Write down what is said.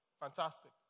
fantastic